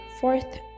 fourth